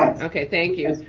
ah okay, thank you.